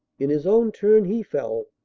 in his own turn he fell,